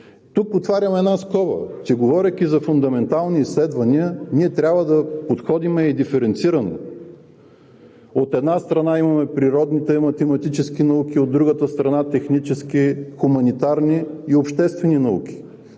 Тук отварям една скоба – че говорейки за фундаментални изследвания, ние трябва да подходим диференцирано. От една страна, имаме природните и математическите науки, от другата страна – техническите, хуманитарните и обществените науки.